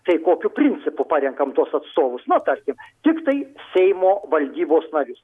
tai kokiu principu parenkam tuos atstovus nu tarkim tiktai seimo valdybos narius